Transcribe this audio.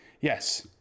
yes